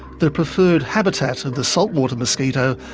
the preferred habitat of the saltwater mosquito,